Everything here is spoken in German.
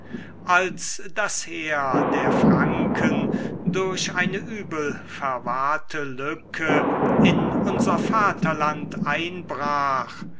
als das heer der franken durch eine übelverwahrte lücke in unser vaterland einbrach